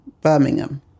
Birmingham